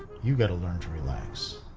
you've got to learn to relax.